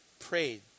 prayed